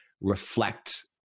reflect